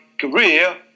career